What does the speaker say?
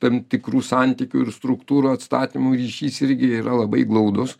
tam tikrų santykių ir struktūrų atstatymu ryšys irgi yra labai glaudus